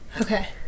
Okay